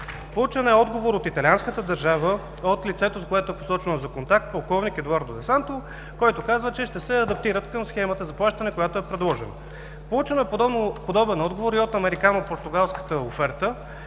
Получен е отговор от италианската държава от лицето, посочено за контакт – полковник Едуардо де Санто, който казва, че ще се адаптират към схемата за плащане, която е предложена. Получен е подобен отговор и от американо-португалската оферта.